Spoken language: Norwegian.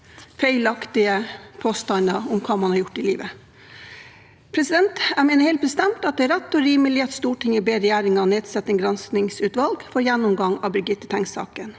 feilaktige påstander om hva man har gjort i livet. Jeg mener helt bestemt at det er rett og rimelig at Stortinget ber regjeringen nedsette et granskingsutvalg for gjennomgang av Birgitte Tengs-saken.